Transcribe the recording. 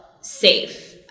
safe